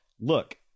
look